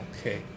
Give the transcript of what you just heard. Okay